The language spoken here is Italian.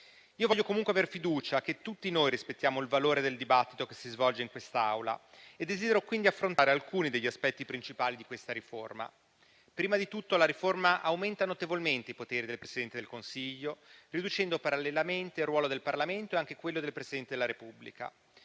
Io voglio comunque aver fiducia che tutti noi rispettiamo il valore del dibattito che si svolge in quest'Aula e desidero quindi affrontare alcuni degli aspetti principali di questa riforma. Prima di tutto, la riforma aumenta notevolmente i poteri del Presidente del Consiglio, riducendo parallelamente il ruolo del Parlamento e anche quello del Presidente della Repubblica.